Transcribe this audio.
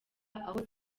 aho